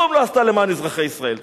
כלום לא עשתה למען אזרחי ישראל.